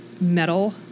metal